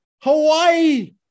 Hawaii